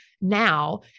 now